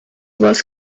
vols